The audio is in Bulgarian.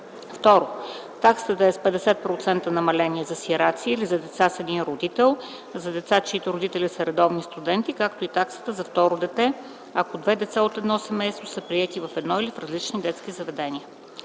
др. 2. Таксата да е с 50% намаление за сираци или за деца с един родител, за деца, чиито родители са редовни студенти, както и таксата за второ дете, ако две деца от едно семейство са приети в едно или в различни детски заведения.